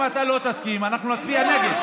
אם אתה לא תסכים, אנחנו נצביע נגד.